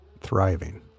thriving